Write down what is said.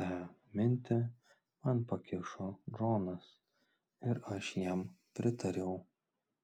tą minti man pakišo džonas ir aš jam pritariau